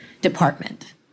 department